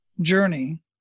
journey